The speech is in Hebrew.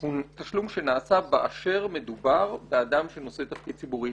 הוא תשלום שנעשה באשר מדובר באדם שנושא תפקיד ציבורי,